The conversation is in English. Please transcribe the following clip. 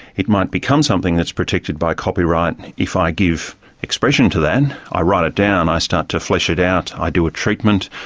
it might become something that's protected by copyright if i give expression to that. i write it down, i start to flesh it out, i do a treatment,